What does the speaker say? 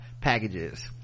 packages